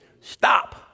stop